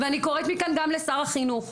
ואני קוראת מכאן גם לשר החינוך,